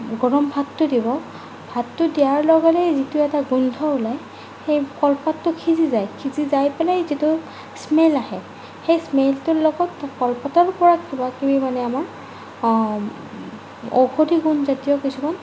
গৰম ভাতটো দিব ভাতটো দিয়াৰ লগে লগে যিটো এটা গোন্ধ ওলায় সেই কলপাতটো সিজি যায় সিজি যাই পেলাই যিটো স্মেল আহে সেই স্মেলটোৰ লগত কলপাতৰ পৰা কিবা কিবি মানে আমাৰ পাওঁ ঔষধি গুণ জাতীয় কিছুমান